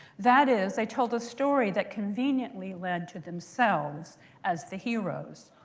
that is, they told a story that conveniently led to themselves as the heroes.